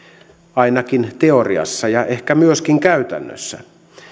ainakin teoriassa ja ehkä myöskin käytännössä